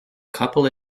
couple